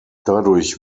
dadurch